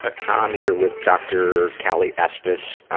ah um here with dr cali estes,